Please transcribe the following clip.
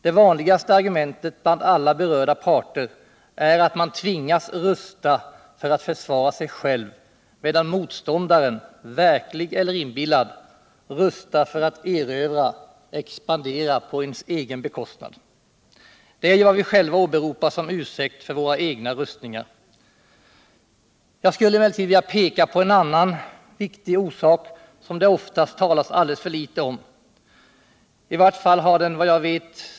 Det vanligaste argumentet bland alla berörda parter är att man tvingas att rusta för att försvara sig själv. medan motståndaren, verklig eller inbillad, rustar för att erövra, expandera på ens egen bekostnad. Det är ju vad vi själva åberopar som ursäkt för våra egna rustningar. Jag skulle emellertid vilja peka på en annan viktig orsak som det oftast talas alldeles för litet om. I vart fall har den, vad jag vet.